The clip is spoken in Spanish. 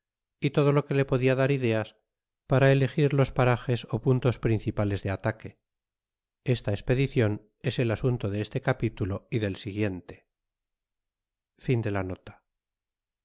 y todo lo que le podia dar ideas para elegir los parajes o puntos principales de ataque esta espedicion es el asunto de este capitulo y del siguiente